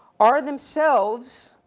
are themselves,